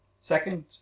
Second